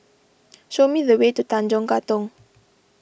show me the way to Tanjong Katong